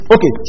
Okay